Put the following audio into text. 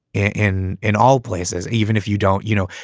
in in all places, even if you don't, you know,